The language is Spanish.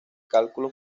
cálculo